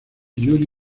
yuri